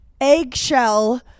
eggshell